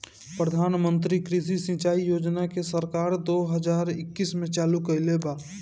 प्रधानमंत्री कृषि सिंचाई योजना के सरकार दो हज़ार इक्कीस में चालु कईले बा